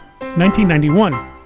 1991